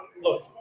Look